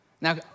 Now